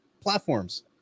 platforms